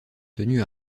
tenus